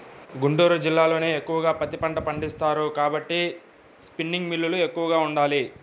గుంటూరు జిల్లాలోనే ఎక్కువగా పత్తి పంట పండిస్తారు కాబట్టి స్పిన్నింగ్ మిల్లులు ఎక్కువగా ఉండాలి